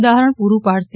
દા પૂરું પાડશે